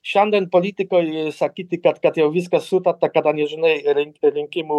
šiandien politikoj sakyti kad kad jau viskas sutarta kada nežinai rinki rinkimų